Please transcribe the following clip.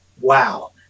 wow